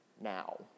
now